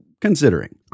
considering